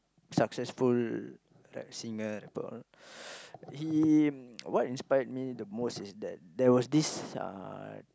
successful singer he what inspire me the most is that there was this uh